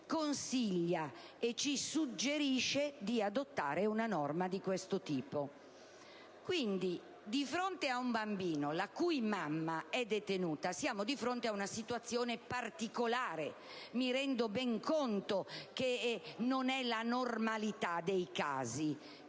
consiglia di adottare una norma di questo tipo. Quindi, di fronte ad un bambino la cui mamma è detenuta, siamo di fronte ad una situazione particolare. Mi rendo ben conto che non è la normalità dei casi,